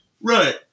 Right